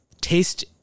taste